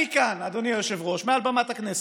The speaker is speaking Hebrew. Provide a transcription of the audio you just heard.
אני כאן, אדוני היושב-ראש, מעל במת הכנסת,